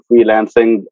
freelancing